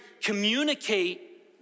communicate